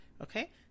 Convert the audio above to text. okay